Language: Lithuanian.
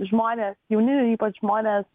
žmonės jauni ypač žmonės